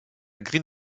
green